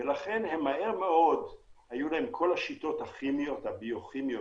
לכן מהר מאוד היו להם כל השיטות הכימיות והביוכימיות